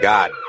God